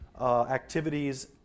activities